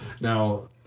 now